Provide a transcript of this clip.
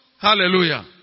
Hallelujah